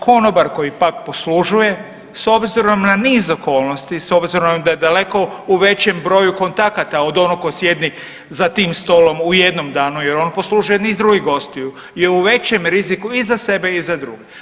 Konobar koji pak poslužuje s obzirom na niz okolnosti, s obzirom da je daleko u većem broju kontakata od onog tko sjedi za tim stolom u jednom danu jer on poslužuje niz drugih gostiju je u većem riziku i za sebe i za druge.